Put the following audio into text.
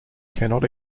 cannot